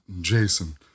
Jason